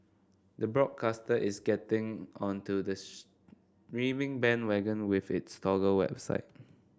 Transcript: the broadcaster is getting onto the streaming bandwagon with its Toggle website